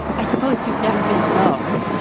i suppose you've never been alone,